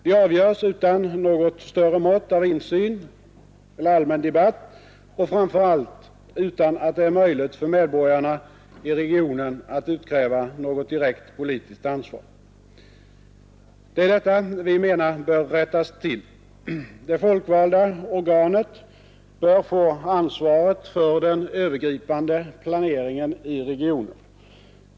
De avgörs utan något större mått av insyn eller allmän debatt och framför allt utan att det är möjligt för medborgarna i regionen att utkräva något direkt politiskt ansvar. Det är detta vi menar bör rättas till. Det folkvalda organet bör få ansvaret för den övergripande planeringen i regionen.